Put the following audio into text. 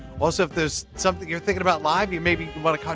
also if there's something you're thinking about live, you maybe wanna